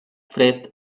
fred